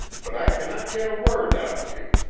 but i cannot get a word out of you!